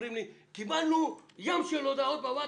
אומרים לי: קיבלנו ים של הודעות בווטסאפ.